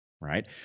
right